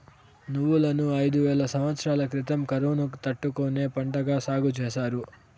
నువ్వులను ఐదు వేల సమత్సరాల క్రితం కరువును తట్టుకునే పంటగా సాగు చేసారు